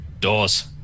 Doors